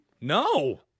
no